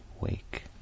wake